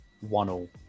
one-all